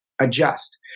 adjust